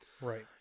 Right